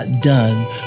done